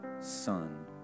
Son